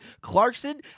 Clarkson